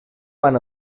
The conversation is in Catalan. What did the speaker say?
van